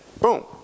boom